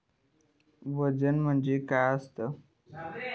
वजन म्हणजे काय असता?